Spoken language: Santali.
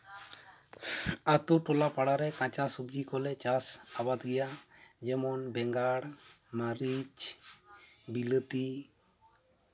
ᱟᱹᱛᱩ ᱴᱚᱞᱟ ᱯᱟᱲᱟᱨᱮ ᱠᱟᱸᱪᱟ ᱥᱚᱵᱽᱡᱤ ᱠᱚᱞᱮ ᱪᱟᱥ ᱟᱵᱟᱫᱽ ᱜᱮᱭᱟ ᱡᱮᱢᱚᱱ ᱵᱮᱸᱜᱟᱲ ᱢᱟᱹᱨᱤᱪ ᱵᱤᱞᱟᱹᱛᱤ